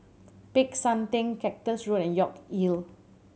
Peck San Theng Cactus Road and York Hill